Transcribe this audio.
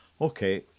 Okay